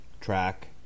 track